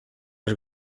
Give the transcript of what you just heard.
els